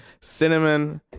cinnamon